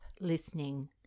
listening